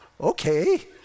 Okay